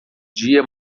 dia